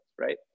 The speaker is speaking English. right